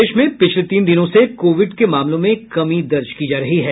प्रदेश में पिछले तीन दिनों से कोविड के मामलों में कमी दर्ज की जा रही है